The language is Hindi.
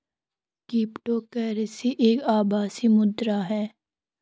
क्रिप्टो करेंसी एक आभासी मुद्रा है